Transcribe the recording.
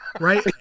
right